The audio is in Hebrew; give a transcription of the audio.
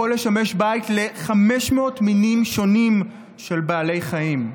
יכול לשמש בית ל-500 מינים שונים של בעלי חיים.